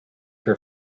her